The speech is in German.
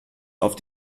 auf